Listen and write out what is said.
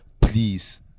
please